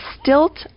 stilt